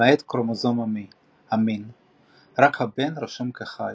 למעט כרומוזום המין; רק הבן רשום כחי.